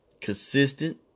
consistent